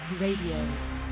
Radio